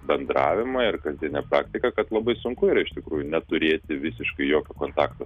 bendravimą ir kasdienę praktiką kad labai sunku yra iš tikrųjų neturėti visiškai jokio kontakto